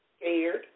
scared